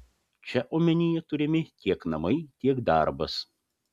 čia omenyje turimi tiek namai tiek darbas